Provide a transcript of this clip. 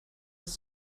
des